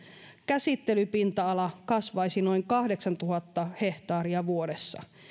käsittelypinta ala kasvaisi noin kahdeksantuhatta hehtaaria vuodessa